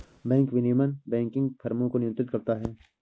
bank विनियमन banking फ़र्मों को नियंत्रित करता है